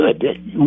Good